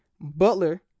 Butler